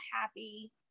happy